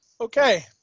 okay